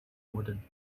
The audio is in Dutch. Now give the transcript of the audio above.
worden